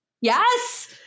yes